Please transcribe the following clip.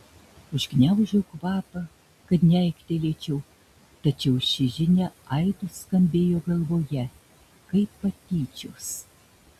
užgniaužiau kvapą kad neaiktelėčiau tačiau ši žinia aidu skambėjo galvoje kaip patyčios